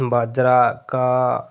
बाजरा घाऽ